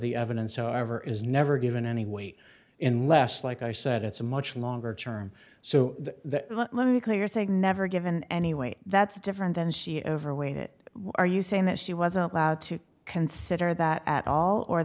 the evidence however is never given any weight in less like i said it's a much longer term so that they are saying never given any way that's different than she ever weighed it are you saying that she wasn't allowed to consider that at all or